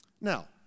Now